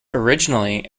originally